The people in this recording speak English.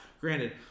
granted